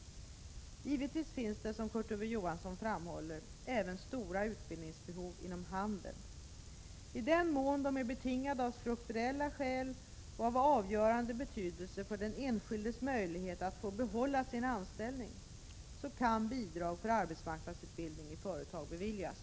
Givetvis finns det, som Kurt Ove Johansson framhåller, även stora utbildningsbehov inom handeln. I den mån de är betingade av strukturella skäl och av avgörande betydelse för den enskildes möjlighet att få behålla sin anställning så kan bidrag för arbetsmarknadsutbildning i företag beviljas.